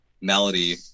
melody